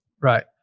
Right